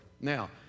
Now